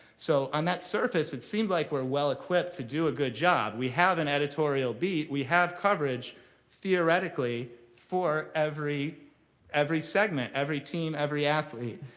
so on that surface, it seemed like we're well equipped to do a good job. we have an editorial beat, we have coverage theoretically for every every segment, every team, every athlete.